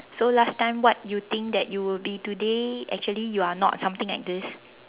so last time what you think that you will be today actually you are not something like this